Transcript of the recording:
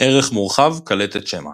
ערך מורחב – קלטת שמע